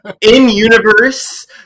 In-universe